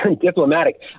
Diplomatic